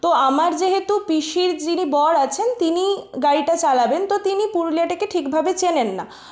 তো আমার যেহেতু পিসির যিনি বর আছেন তিনি গাড়িটা চালাবেন তো তিনি পুরুলিয়াটাকে ঠিকভাবে চেনেন না